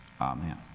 Amen